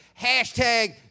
Hashtag